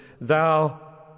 thou